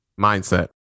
Mindset